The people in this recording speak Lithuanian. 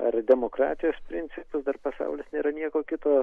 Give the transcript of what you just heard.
ar demokratijos principus dar pasaulis nėra nieko kito